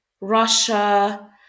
Russia